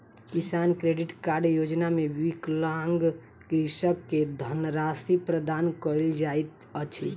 किसान credit card योजना मे विकलांग कृषक के धनराशि प्रदान कयल जाइत अछि